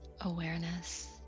Awareness